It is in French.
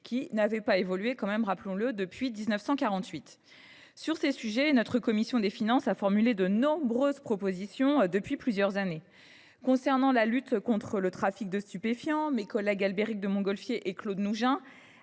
– n’avait pas évolué depuis 1948. Sur ce sujet, la commission des finances a formulé de nombreuses propositions depuis des années. Concernant la lutte contre le trafic de stupéfiants, mes collègues Albéric de Montgolfier et Claude Nougein